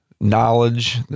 knowledge